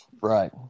Right